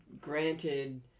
Granted